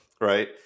right